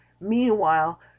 meanwhile